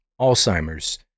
Alzheimer's